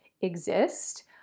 exist